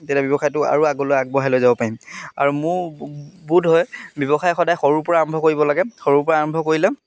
তেতিয়া ব্যৱসায়টো আৰু আগলৈ আগবঢ়াই লৈ যাব পাৰিম আৰু মোৰ বোধহয় ব্যৱসায় সদায় সৰুৰ পৰা আৰম্ভ কৰিব লাগে সৰুৰ পৰা আৰম্ভ কৰিলে